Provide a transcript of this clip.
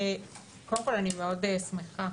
קודם כל אני מאוד שמחה